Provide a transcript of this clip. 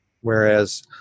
Whereas